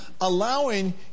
allowing